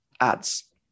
ads